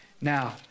Now